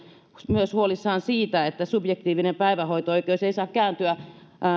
myös siitä että subjektiivinen päivähoito oikeus ei saa kääntyä